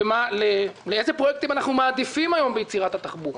לאיזה פרויקטים אנחנו מעדיפים היום ביצירת התחבורה.